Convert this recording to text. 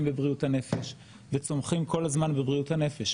בבריאות הנפש וצומחים כל הזמן בבריאות הנפש.